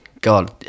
God